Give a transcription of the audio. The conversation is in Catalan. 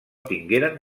tingueren